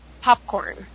popcorn